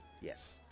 Yes